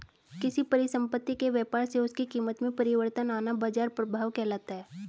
किसी परिसंपत्ति के व्यापार से उसकी कीमत में परिवर्तन आना बाजार प्रभाव कहलाता है